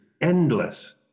endless